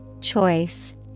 Choice